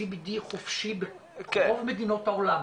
CBD חופשי ברוב מדינות העולם.